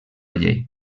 llei